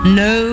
no